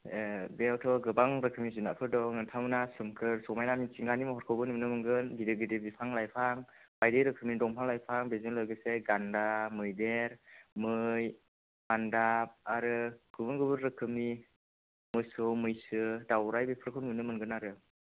ए बेयावथ' गोबां रोखोमनि जुनारफोर दं नोंथांमोना सोमखोर समाइना मिथिंगानि महरखौबो नुनो मोनगोन गिदिर गिदिर बिफां लाइफां बाइदि रोखोमनि दंफां लाइफां बेजों लोगोसे गान्दा मैदेर मै मानदाब आरो गुबुन गुबुन रोखोमनि मोसौ मैसो दावराय बेफोरखौ नुनो मोनगोन आरो